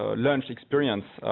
ah lens experience